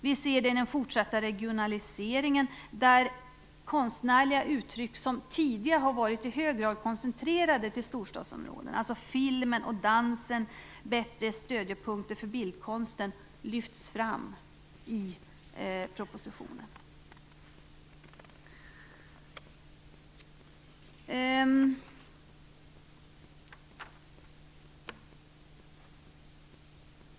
Vi ser det i den fortsatta regionaliseringen där konstnärliga uttryck som tidigare har varit i hög grad koncentrerade till storstadsområdena, dvs. film, dans och bättre stödjepunkter för bildkonsten, lyfts fram i propositionen.